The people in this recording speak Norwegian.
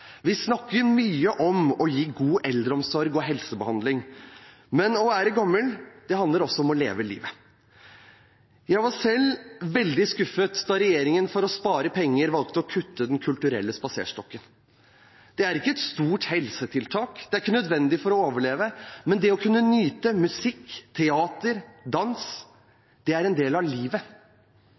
Vi snakker mye om å gi god eldreomsorg og helsebehandling, men å være gammel handler også om å leve livet. Jeg var selv veldig skuffet da regjeringen for å spare penger valgte å kutte i Den kulturelle spaserstokken. Det er ikke et stort helsetiltak, det er ikke nødvendig for å overleve, men det å kunne nyte musikk, teater, dans – det er en del av livet.